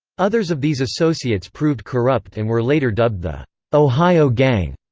others of these associates proved corrupt and were later dubbed the ohio gang.